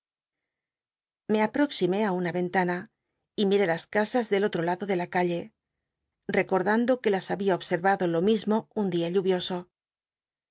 lle aproximé ü una entana y miré las casas del otro lado de la c lle rccor dando que las habia ob servado lo mismo un dia lluvioso